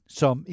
som